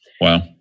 Wow